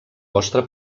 vostra